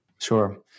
Sure